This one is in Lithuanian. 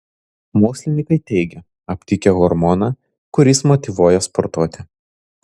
mokslininkai teigia aptikę hormoną kuris motyvuoja sportuoti